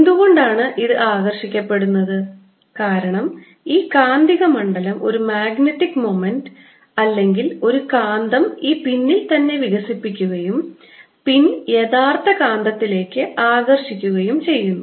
എന്തുകൊണ്ടാണ് ഇത് ആകർഷിക്കപ്പെടുന്നത് കാരണം ഈ കാന്തിക മണ്ഡലം ഒരു മാഗ്നറ്റിക് മൊമെന്റ് അല്ലെങ്കിൽ ഒരു കാന്തം ഈ പിന്നിൽ തന്നെ വികസിപ്പിക്കുകയും പിൻ യഥാർത്ഥ കാന്തത്തിലേക്ക് ആകർഷിക്കുകയും ചെയ്യുന്നു